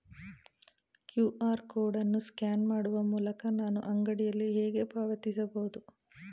QR code ಅನ್ನು scan ಮಾಡುವ ಮೂಲಕ ನಾನು ಅಂಗಡಿಯಲ್ಲಿ ಹೇಗೆ ಪಾವತಿಸಬಹುದು?